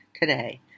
today